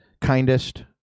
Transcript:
kindest